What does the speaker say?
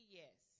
yes